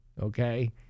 okay